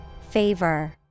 Favor